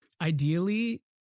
Ideally